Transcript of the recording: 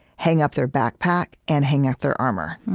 hang up their backpack and hang up their armor.